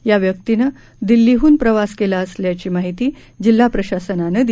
या व्यक्तीनं दिल्लीडून प्रवास केला आल्याची माहिती जिल्हा प्रशासनानं दिली आहे